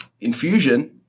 infusion